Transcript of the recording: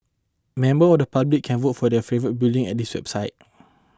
members of the public can vote for their favourite building at the website